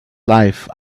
life